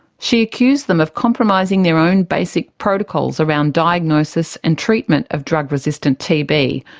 she accused them of compromising their own basic protocols around diagnosis and treatment of drug resistant tb,